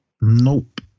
Nope